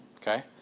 okay